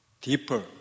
deeper